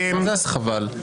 מה זה "אז חבל"?